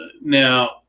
Now